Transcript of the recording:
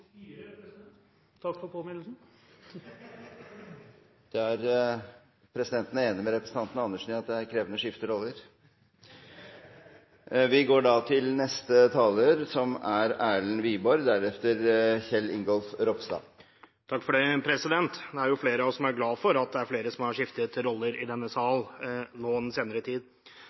påminnelsen. Presidenten er enig med representanten Andersen i at det er krevende å skifte roller Det er flere av oss som er glad for at det er flere som har skiftet roller i denne sal nå den senere tid. Det er to saker komiteen behandler her i dag. Jeg er saksordfører for